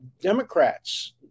Democrats